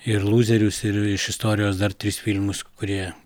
ir lūzerius ir iš istorijos dar tris filmus kurie